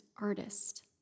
artist